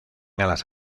alas